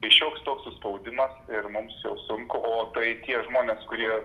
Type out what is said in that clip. tai šioks toks suspaudimas ir mums jau sunku o tai tie žmonės kurie